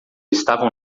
estavam